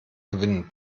gewinnen